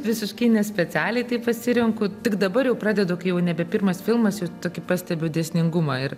visiškai nespecialiai tai pasirenku tik dabar jau pradedu kai jau nebe pirmas filmas jau tokį pastebiu dėsningumą ir